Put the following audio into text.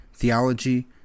theology